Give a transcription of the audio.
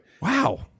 Wow